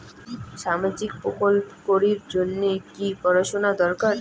সামাজিক প্রকল্প করির জন্যে কি পড়াশুনা দরকার?